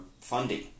funding